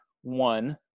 one